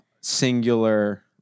singular